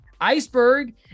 Iceberg